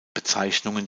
bezeichnungen